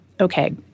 okay